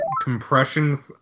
compression